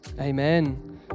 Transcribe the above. Amen